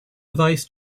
vice